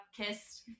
kissed